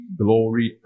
glory